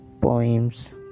Poems